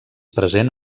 present